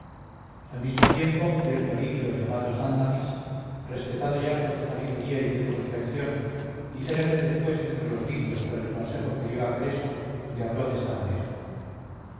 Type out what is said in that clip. al mismo tiempo cierto lidio llamado sándamis respetado ya por su sabiduría y circunspección y célebre después entre los lidios por el consejo que dio a creso le habló de esta manera